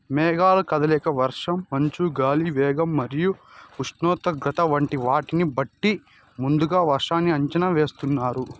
మేఘాల కదలిక, వర్షం, మంచు, గాలి వేగం మరియు ఉష్ణోగ్రత వంటి వాటిని బట్టి ముందుగా వర్షాన్ని అంచనా వేస్తున్నారు